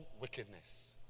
wickedness